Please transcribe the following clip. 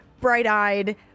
bright-eyed